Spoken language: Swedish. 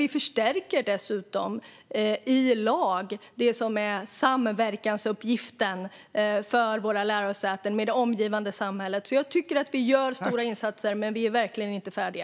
Vi förstärker dessutom i lag samverkansuppgiften för våra lärosäten med det omgivande samhället. Jag tycker att vi gör stora insatser, men vi är verkligen inte färdiga.